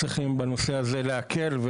צריכים להקל בנושא הזה,